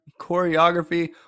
choreography